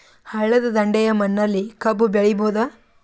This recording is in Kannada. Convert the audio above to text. ಹಳ್ಳದ ದಂಡೆಯ ಮಣ್ಣಲ್ಲಿ ಕಬ್ಬು ಬೆಳಿಬೋದ?